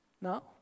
No